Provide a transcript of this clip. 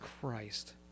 Christ